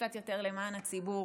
קצת יותר למען הציבור.